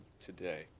today